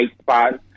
spots